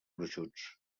gruixuts